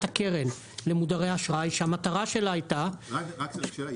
הקרן למודרי אשראי שהמטרה שלה הייתה --- רק שאלה,